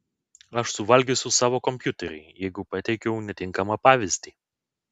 aš suvalgysiu savo kompiuterį jeigu pateikiau netinkamą pavyzdį